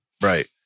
Right